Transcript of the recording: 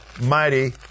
mighty